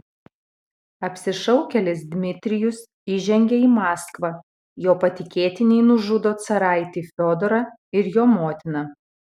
apsišaukėlis dmitrijus įžengia į maskvą jo patikėtiniai nužudo caraitį fiodorą ir jo motiną